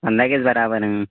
پَنٛداہ گژھِ برابر